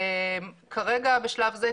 בשלב זה,